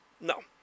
No